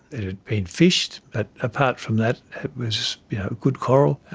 it had been fished, but apart from that it was good coral.